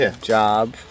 job